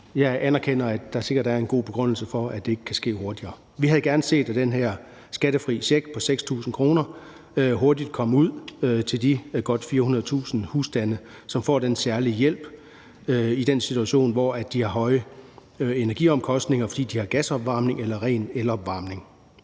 jeg anerkender, at der sikkert er en god begrundelse for, at det ikke kan ske hurtigere. Vi havde gerne set, at den her skattefri check på 6.000 kr. hurtigt kom ud til de her godt 400.000 husstande, som får den særlige hjælp i den situation, hvor de har høje energiomkostninger, fordi de har gasopvarmning eller ren elopvarmning.